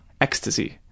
ecstasy